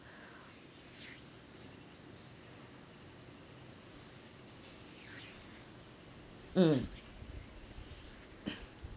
mm